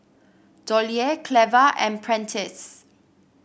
Dollye Cleva and Prentice